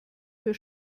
für